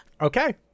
okay